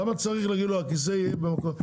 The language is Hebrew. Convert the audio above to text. למה צריך להגיד שהכיסא יהיה במיקום מסוים?